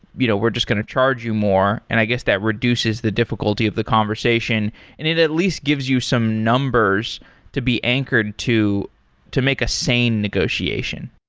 you know we're just going to charge you more, and i guess that reduces the difficulty of the conversation and it at least gives you some numbers to be anchored to to make a sane negotiation.